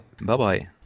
Bye-bye